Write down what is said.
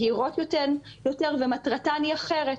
מהירות יותר ומטרתן היא אחרת.